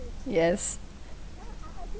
yes